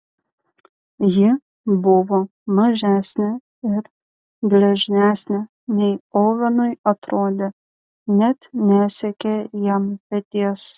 ji buvo mažesnė ir gležnesnė nei ovenui atrodė net nesiekė jam peties